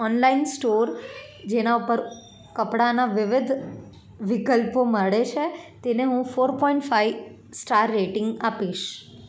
online store જેના ઉપર કપડાંના વિવિધ વિકલ્પો મળે છે તેને હું four point five star rating આપીશ